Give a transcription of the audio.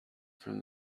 from